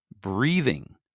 breathing